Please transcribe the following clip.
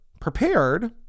prepared